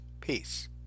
Peace